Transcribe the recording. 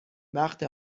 وقت